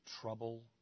trouble